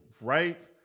right